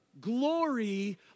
glory